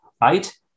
right